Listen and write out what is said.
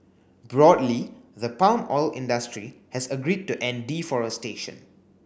broadly the palm oil industry has agreed to end deforestation